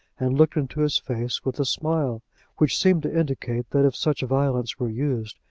and looked into his face with a smile which seemed to indicate that if such violence were used,